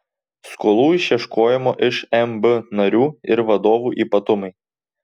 skolų išieškojimo iš mb narių ir vadovų ypatumai